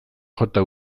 jota